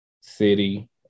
city